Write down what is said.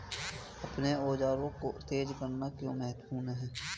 अपने औजारों को तेज करना क्यों महत्वपूर्ण है?